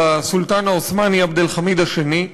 הסולטן העות'מאני עבד אל-חמיד השני,